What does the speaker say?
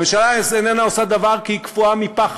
הממשלה איננה עושה דבר כי היא קפואה מפחד: